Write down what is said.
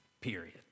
period